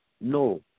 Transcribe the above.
No